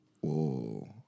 Whoa